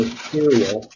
material